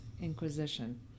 Inquisition